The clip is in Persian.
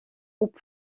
خوب